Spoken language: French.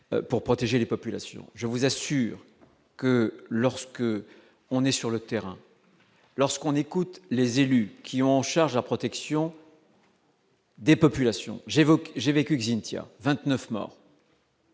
pour protéger les populations, je vous assure que lorsque on est sur le terrain, lorsqu'on écoute les élus qui ont en charge à protection. Des populations j'ai évoqué, j'ai vécu Xynthia 29 morts.